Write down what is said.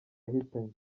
yahitanye